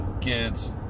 kids